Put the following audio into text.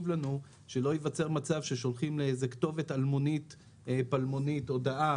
לנו שלא ייווצר מצב ששולחים לכתובת אלמונית הודעה